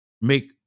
Make